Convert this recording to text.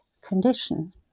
condition